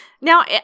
Now